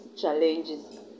challenges